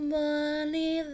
money